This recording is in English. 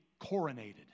coronated